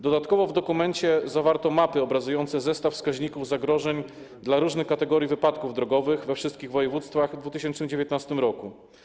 Dodatkowo w dokumencie zawarto mapy obrazujące zestaw wskaźników zagrożeń dla różnych kategorii wypadków drogowych we wszystkich województwach w 2019 r.